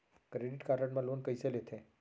Credit card मा loan कइसे लेथे?